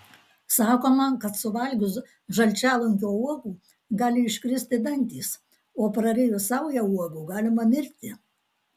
sakoma kad suvalgius žalčialunkio uogų gali iškristi dantys o prarijus saują uogų galima mirti